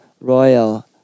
royal